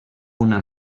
una